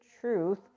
truth